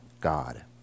God